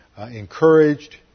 encouraged